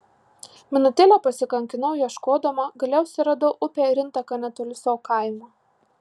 minutėlę pasikankinau ieškodama galiausiai radau upę ir intaką netoli savo kaimo